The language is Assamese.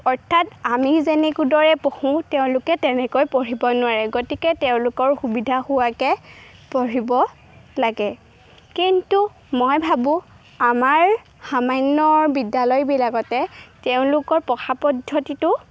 অৰ্থাৎ আমি যেনেদৰে পঢ়োঁ তেওঁলোকে তেনেকৈ পঢ়িব নোৱাৰে গতিকে তেওঁলোকৰ সুবিধা হোৱাকে পঢ়িব লাগে কিন্তু মই ভাবোঁ আমাৰ সামান্য বিদ্যালয়বিলাকতে তেওঁলোকৰ পঢ়া পদ্ধতিটো